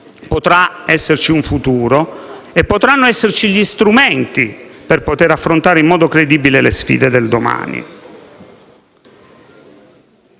potrà esserci un futuro e potranno esserci gli strumenti per affrontare in modo credibile le sfide del domani.